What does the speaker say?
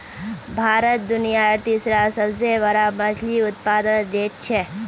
भारत दुनियार तीसरा सबसे बड़ा मछली उत्पादक देश छे